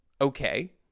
okay